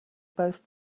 both